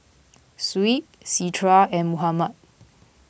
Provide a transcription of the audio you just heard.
Shuib Citra and Muhammad